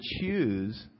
choose